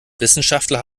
wissenschaftler